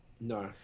No